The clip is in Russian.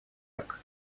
йорк